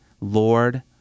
Lord